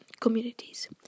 communities